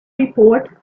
report